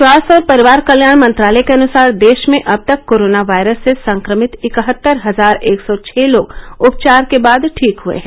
स्वास्थ्य और परिवार कल्याण मंत्रालय के अनुसार देश में अब तक कोरोना वायरस से संक्रमित इकहत्तर हजार एक सौ छह लोग उपचार के बाद ठीक हए हैं